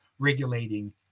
regulating